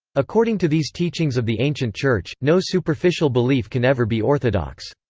according to these teachings of the ancient church, no superficial belief can ever be orthodox.